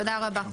תודה רבה.